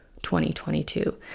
2022